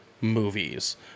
movies